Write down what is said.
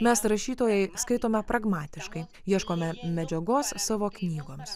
mes rašytojai skaitome pragmatiškai ieškome medžiagos savo knygoms